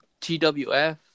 TWF